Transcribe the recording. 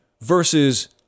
versus